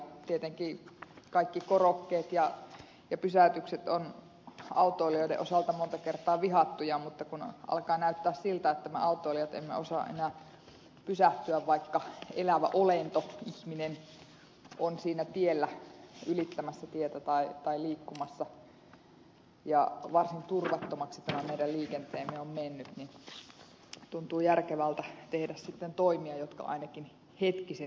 tietenkin kaikki korokkeet ja pysäytykset ovat autoilijoiden osalta monta kertaa vihattuja mutta kun alkaa näyttää siltä että me autoilijat emme osaa enää pysähtyä vaikka elävä olento ihminen on siinä tiellä ylittämässä tietä tai liikkumassa ja varsin turvattomaksi tämä meidän liikenteemme on mennyt niin tuntuu järkevältä tehdä sitten toimia jotka ainakin hetkisen